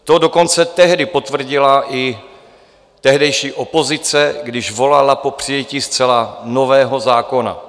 To dokonce tehdy potvrdila i tehdejší opozice, když volala po přijetí zcela nového zákona.